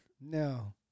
No